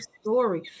story